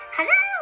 Hello